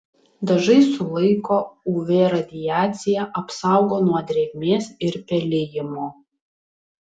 dažai sulaiko uv radiaciją apsaugo nuo drėgmės ir pelijimo